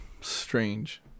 strange